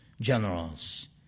generals